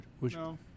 No